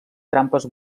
trampes